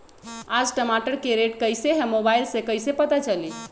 आज टमाटर के रेट कईसे हैं मोबाईल से कईसे पता चली?